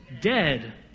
dead